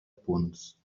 punts